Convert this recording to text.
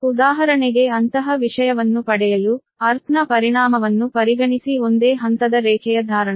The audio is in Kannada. ಆದ್ದರಿಂದ ಉದಾಹರಣೆಗೆ ಅಂತಹ ವಿಷಯವನ್ನು ಪಡೆಯಲು ಅರ್ಥ್ ನ ಪರಿಣಾಮವನ್ನು ಪರಿಗಣಿಸಿ ಒಂದೇ ಹಂತದ ರೇಖೆಯ ಧಾರಣ